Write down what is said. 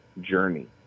journey